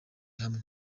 hamwe